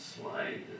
slide